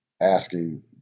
asking